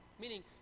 meaning